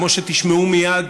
כמו שתשמעו מייד,